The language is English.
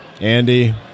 Andy